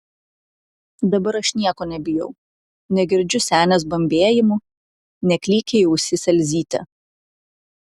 dabar aš nieko nebijau negirdžiu senės bambėjimų neklykia į ausis elzytė